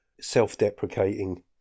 self-deprecating